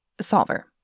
solver